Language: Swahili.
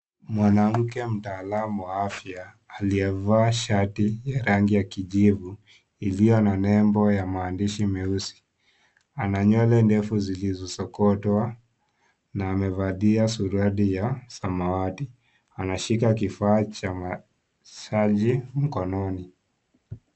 Mwanamke mtaalamu wa afya aliyevaa shati ya rangi ya kijivu iliyo na nembo ya maandishi meusi ana nywele ndefu zilizo sokotwa na amevalia suruali ya samawati anashika kifaa cha machaji mkononi.